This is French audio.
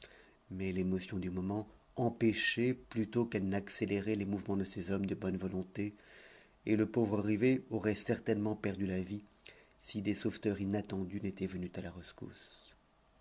mais l'émotion du moment empêchait plutôt qu'elle n'accélérait les mouvements de ces hommes de bonne volonté et le pauvre rivet aurait certainement perdu la vie si des sauveteurs inattendus n'étaient venus à la rescousse